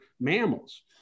mammals